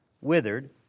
withered